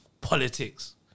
politics